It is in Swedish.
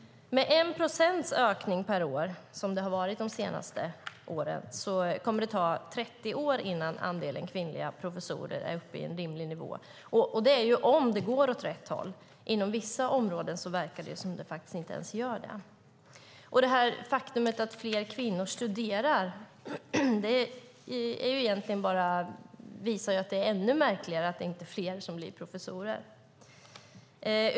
Med 1 procents ökning per år, som det har varit de senaste åren, kommer det att ta 30 år innan andelen kvinnliga professorer är uppe på en rimlig nivå - och det är om det går åt rätt håll. Inom vissa områden verkar det som om det inte ens gör det. Det faktum att fler kvinnor studerar gör det ju bara ännu märkligare att det inte är fler som blir professorer.